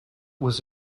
was